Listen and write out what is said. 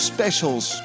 Specials